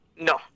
No